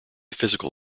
physical